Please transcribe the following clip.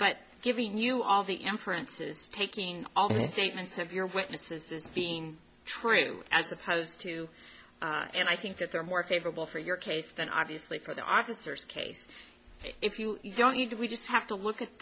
but giving you all the inferences taking all the statements of your witnesses is being true as opposed to and i think that they're more favorable for your case than obviously for the officers case if you don't you can we just have to look at